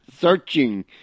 searching